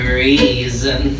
reason